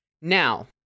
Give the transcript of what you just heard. Now